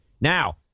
Now